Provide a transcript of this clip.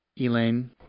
Elaine